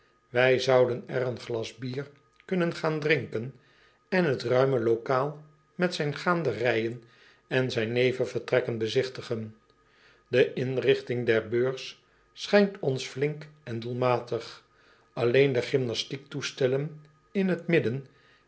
ij zouden er een glas bier kunnen gaan drinken en het ruime locaal met zijn gaanderijen en zijn nevenvertrekken bezigtigen e inrigting der beurs schijnt ons flink en doelmatig lleen de gymnastiektoestellen in het midden